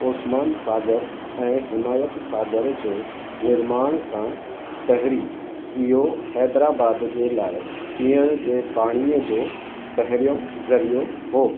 ओस्मान सागर ऐं हिमायत सागर जे निर्माण सां पहिरीं इहो हैदराबाद जे लाइ पीअण जे पाणीअ जो पहिरियों ज़रियो हो